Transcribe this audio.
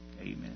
Amen